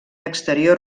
exterior